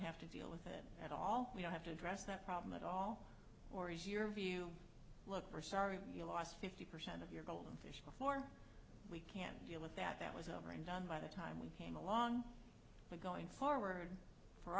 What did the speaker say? have to deal with it at all we don't have to address that problem at all or easier view look we're sorry you lost fifty percent of your golden fish before we can deal with that that was over and done by the time we came along but going forward for